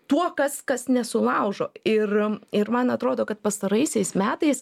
tuo kas kas nesulaužo ir ir man atrodo kad pastaraisiais metais